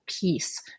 peace